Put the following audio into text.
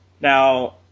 Now